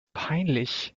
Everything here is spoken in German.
peinlich